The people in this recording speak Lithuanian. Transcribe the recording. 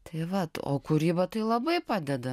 tai vat o kūryba tai labai padeda